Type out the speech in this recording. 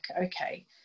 okay